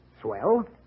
Swell